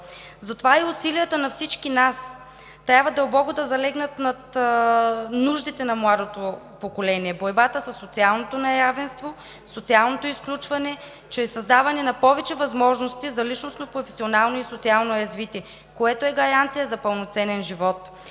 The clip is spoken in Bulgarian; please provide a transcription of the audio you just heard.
Затова в усилията на всички нас трябва дълбоко да залегнат нуждите на младото поколение – борбата със социалното неравенство, социалното изключване чрез създаване на повече възможности за личностно, професионално и социално развитие, което е гаранция за пълноценен живот.